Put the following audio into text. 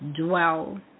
dwell